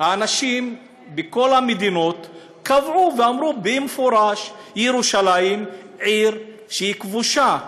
האנשים בכל המדינות קבעו ואמרו במפורש: ירושלים עיר שהיא כבושה.